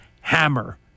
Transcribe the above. hammer